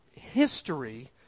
history